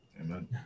Amen